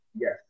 Yes